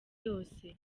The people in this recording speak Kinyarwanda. yose